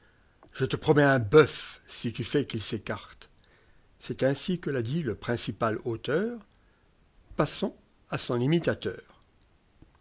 je le promets un boeuf si tu fais qu'il s'écarte c'est ainsi que l'a dit le principal auteur passons à son imitateur